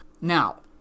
Now